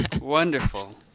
Wonderful